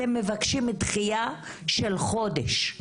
אתם מבקשים דחייה של חודש.